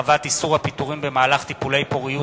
(הרחבת איסור הפיטורים במהלך טיפולי פוריות),